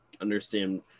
understand